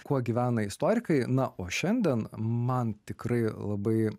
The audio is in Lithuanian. kuo gyvena istorikai na o šiandien man tikrai labai